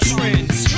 Trends